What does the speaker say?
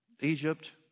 Egypt